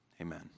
amen